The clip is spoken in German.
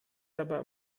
dabei